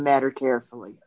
the matter carefully